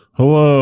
Hello